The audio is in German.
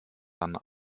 dann